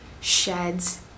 sheds